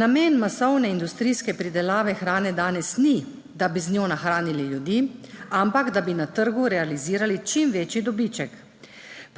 Namen masovne industrijske pridelave hrane danes ni, da bi z njo nahranili ljudi, ampak da bi na trgu realizirali čim večji dobiček.